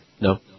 No